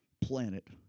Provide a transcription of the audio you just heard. planet